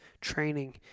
training